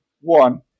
one